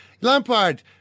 Lampard